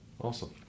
Awesome